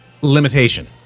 limitation